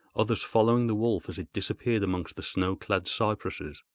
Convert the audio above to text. others following the wolf as it disappeared amongst the snow-clad cypresses.